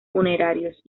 funerarios